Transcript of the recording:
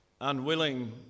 unwilling